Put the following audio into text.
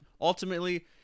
ultimately